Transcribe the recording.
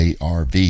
ARV